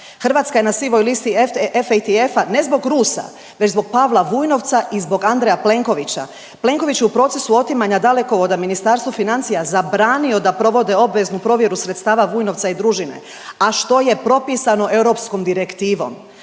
Hrvatska je na sivoj listi FATF-a ne zbog Rusa već zbog Pavla Vujnovca i zbog Andreja Plenkovića. Plenković je u procesu otimanja dalekovoda Ministarstvu financija zabranio da provode obveznu provjeru sredstava Vujnovca i družine, a što je propisano europskom direktivom.